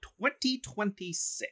2026